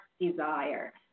desire